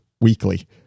weekly